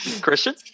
Christian